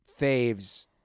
faves